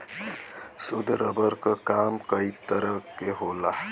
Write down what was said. शुद्ध रबर क काम कई तरे क होला